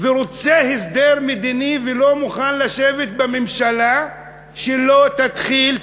ורוצה הסדר מדיני ולא מוכן לשבת בממשלה שלא תתחיל,